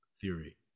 theory